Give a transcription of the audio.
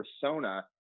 persona